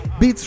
Beats